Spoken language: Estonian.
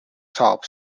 saab